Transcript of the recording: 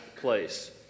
place